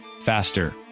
faster